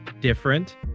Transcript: different